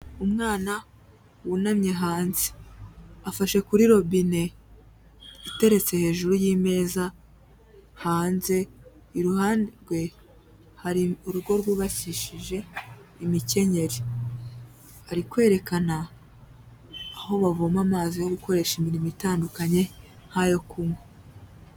Umwana wunamye hanze, afashe kuri robine iteretse hejuru y'imeza, hanze iruhande rwe hari urugo rwubakishije imikenyeri, ari kwerekana aho bavoma amazi yo gukoresha imirimo itandukanye nkayo kunywa.